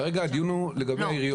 כרגע הדיון הוא לגבי העיריות.